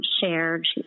shared